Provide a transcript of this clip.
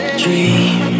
dream